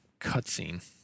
cutscene